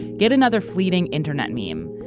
yet another fleeting internet meme.